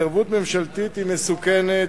התערבות ממשלתית היא מסוכנת.